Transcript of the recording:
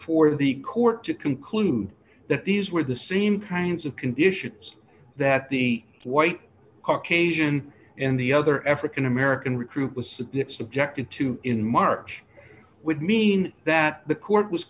for the court to conclude that these were the same kinds of conditions that the white caucasian in the other african american recruit was subpoenaed subjected to in march would mean that the court was